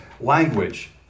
language